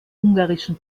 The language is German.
ungarischen